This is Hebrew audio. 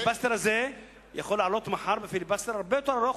הפיליבסטר הזה יכול לעלות מחר בפיליבסטר הרבה יותר ארוך,